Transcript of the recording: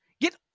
Get